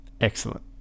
Excellent